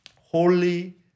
holy